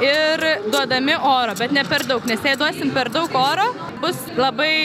ir duodami oro bet ne per daug nes jei duosim per daug oro bus labai